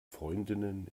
freundinnen